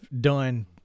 done